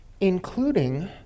including